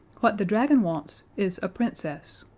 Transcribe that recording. what the dragon wants is a princess.